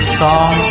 song